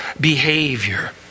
behavior